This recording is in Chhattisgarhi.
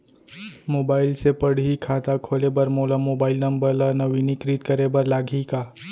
मोबाइल से पड़ही खाता खोले बर मोला मोबाइल नंबर ल नवीनीकृत करे बर लागही का?